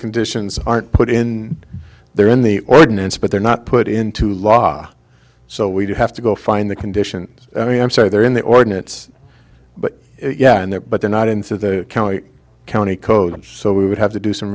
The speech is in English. conditions aren't put in there in the ordinance but they're not put into law so we do have to go find the conditions i'm sorry they're in the ordinance but yeah and that but they're not into the county code so we would have to do some